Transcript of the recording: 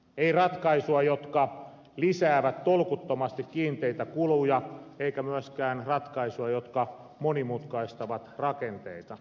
ei ratkaisuja jotka lisäävät tolkuttomasti kiinteitä kuluja eikä myöskään ratkaisuja jotka monimutkaistavat rakenteita